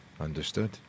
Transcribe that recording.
understood